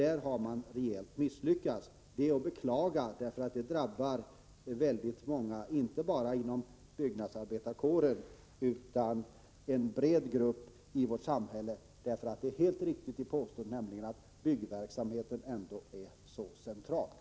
Där har man helt misslyckats. Det är att beklaga — det drabbar många, inte bara inom byggnadsarbetarkåren utan inom en stor grupp i vårt samhälle. Just därför att byggverksamheten är så central är den höga arbetslösheten så olycklig.